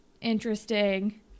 interesting